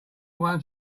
ones